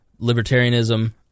libertarianism